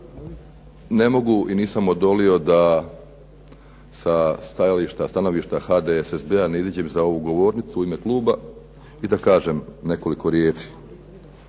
ne mogu i nisam odolio da sa stanovišta HDSSB-a ne izađem za ovu govornicu u ime kluba i da kažem nekoliko riječi.